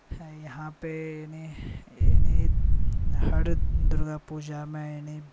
यहाँपर एनी हर दुर्गापूजामे एनी